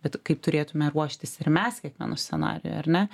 bet kaip turėtume ruoštis ir mes kiekvienu scenariju ar ne